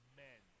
men